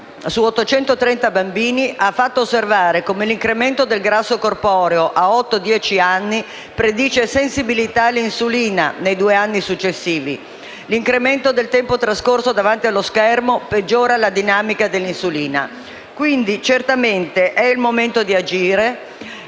su 830 bambini ha fatto osservare come l'incremento del grasso corporeo a otto e dieci anni predice sensibilità all'insulina nei due anni successivi. L'incremento del tempo trascorso davanti allo schermo peggiora la dinamica dell'insulina. Quindi, certamente è il momento di agire.